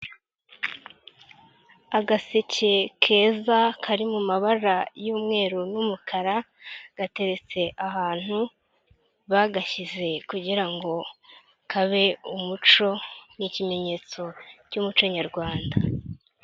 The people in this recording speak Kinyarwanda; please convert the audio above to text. Agaseke keza kari mu mabara y'umweru n'umukara, gateretse ahantu bagashyize kugirango ngo kabe umuco, ni ikimenyetso cy'umuco nyarwanda.